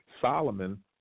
Solomon